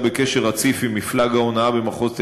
בקשר רציף עם מפלג ההונאה במחוז תל-אביב,